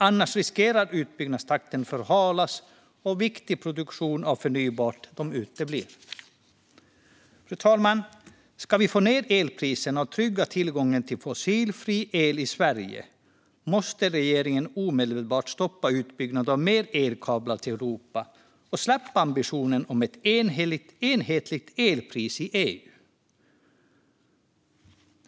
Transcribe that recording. Annars riskerar utbyggnadstakten att förhalas och viktig produktion av förnybart att utebli. Fru talman! Ska vi få ned elpriserna och trygga tillgången till fossilfri el i Sverige måste regeringen omedelbart stoppa utbyggnaden av mer elkablar till Europa och släppa ambitionen om ett enhetligt elpris i EU.